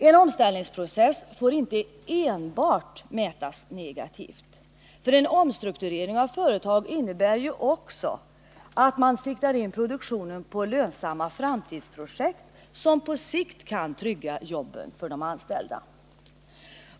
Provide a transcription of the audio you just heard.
En omställningsprocess får inte enbart mätas negativt. En omstrukturering av företag innebär ju oc framtidsprojekt, som på sikt kan trygga jobben för de anställda.